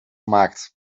gemaakt